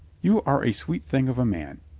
you are a sweet thing of a man.